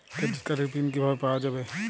Credit কার্ডের pin কিভাবে পাওয়া যাবে?